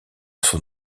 son